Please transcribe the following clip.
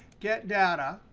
get data,